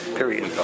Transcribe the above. period